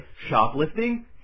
shoplifting